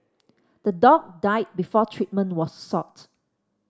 the dog died before treatment was sought